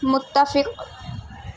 متفق